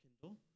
Kindle